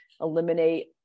eliminate